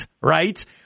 right